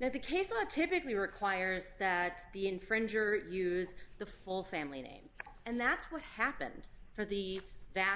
now the cases are typically requires that the infringer use the full family name and that's what happened for the vast